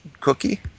cookie